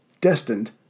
destined